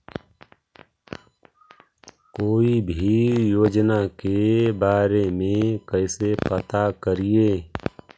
कोई भी योजना के बारे में कैसे पता करिए?